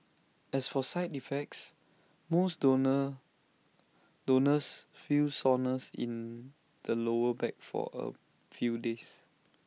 as for side effects most donor donors feel soreness in the lower back for A few days